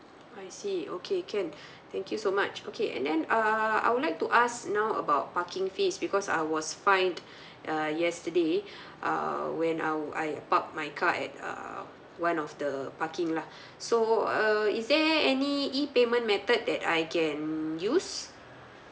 I see okay can thank you so much okay and then err I would like to ask now about parking fees because I was fined uh yesterday err when I I park my car at uh one of the parking lah so uh is there any e payment method that I can use